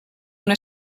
una